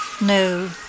No